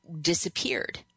disappeared